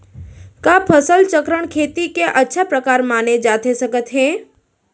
का फसल चक्रण, खेती के अच्छा प्रकार माने जाथे सकत हे?